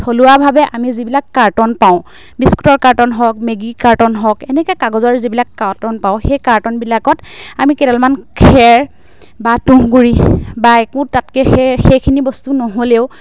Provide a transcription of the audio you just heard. থলুৱাভাৱে আমি যিবিলাক কাৰ্টন পাওঁ বিস্কুটৰ কাৰ্টন হওক মেগীৰ কাৰ্টন হওক এনেকে কাগজৰ যিবিলাক কাৰ্টন পাওঁ সেই কাৰ্টনবিলাকত আমি কেইডালমান খেৰ বা তুঁহগুৰি বা একো তাতকৈ সেই সেইখিনি বস্তু নহ'লেও